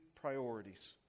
priorities